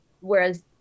whereas